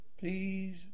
please